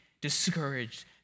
discouraged